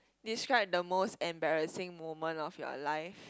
describe the most embarrassing moment of your life